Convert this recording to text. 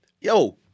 yo